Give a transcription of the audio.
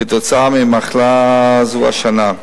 ממחלה זו השנה.